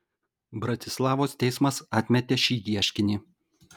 bratislavos teismas atmetė šį ieškinį